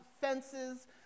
fences